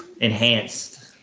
Enhanced